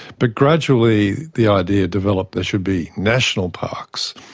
but gradually the idea developed there should be national parks.